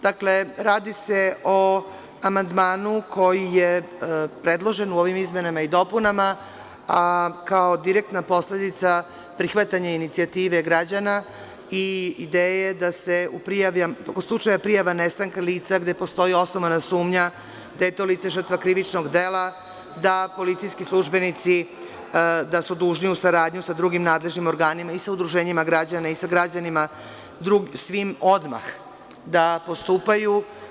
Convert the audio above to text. Dakle, radi se o amandmanu koji je predložen u ovim izmenama i dopunama, a kao direktna posledica prihvatanja inicijative građana i ideje da se u slučaju prijave nestanka lica, gde postoji osnovana sumnja da je to lice žrtva krivičnog dela, da su policijski službenici dužni, u saradnji sa drugim nadležnim organima, sa udruženjima građana i sa građanima svim, odmah da postupaju.